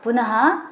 पुनः